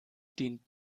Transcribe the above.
dient